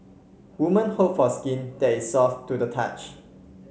women hope for skin that is soft to the touch